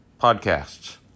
Podcasts